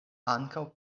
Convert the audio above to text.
ankaŭ